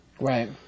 Right